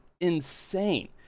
insane